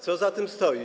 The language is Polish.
Co za tym stoi?